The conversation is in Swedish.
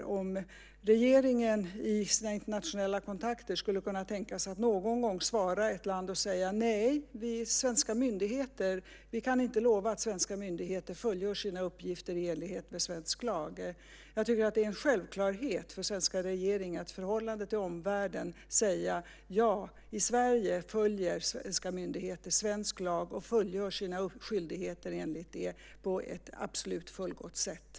Tänk om regeringen i sina internationella kontakter skulle kunna tänka sig att någon gång svara ett land och säga: Nej, vi svenska myndigheter kan inte lova att svenska myndigheter fullgör sina uppgifter i enlighet med svensk lag. Jag tycker att det är en självklarhet för den svenska regeringen att i förhållande till omvärlden säga: Ja, i Sverige följer svenska myndigheter svensk lag och fullgör sina skyldigheter enligt det på ett absolut fullgott sätt.